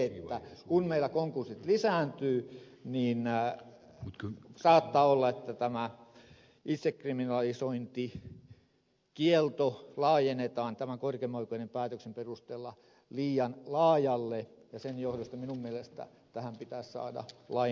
eli kun meillä konkurssit lisääntyvät niin saattaa olla että tätä itsekriminalisointikieltoa laajennetaan tämän korkeimman oikeuden päätöksen perusteella liian laajalle ja sen johdosta minun mielestäni tähän pitäisi saada lainmuutos